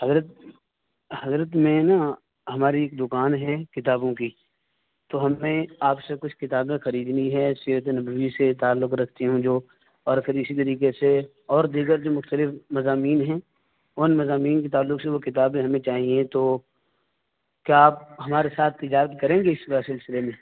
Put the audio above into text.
حضرت حضرت میں نا ہماری ایک دکان ہے کتابوں کی تو ہمیں آپ سے کچھ کتابیں خریدنی ہے سیرت نبوی سے تعلق رکھتی ہوں جو اور پھر اسی طریقے سے اور دیگر جو مختلف مضامین ہیں ان مضامین کے تعلق سے وہ کتابیں ہمیں چاہیے تو کیا آپ ہمارے ساتھ تجارت کریں گے اس طرح سلسلے میں